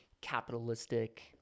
capitalistic